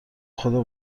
خدا